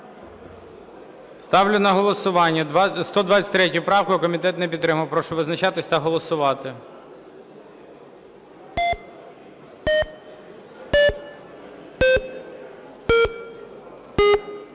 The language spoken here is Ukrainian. Ставлю на голосування 133 правку. Комітет не підтримав. Прошу визначатися та голосувати.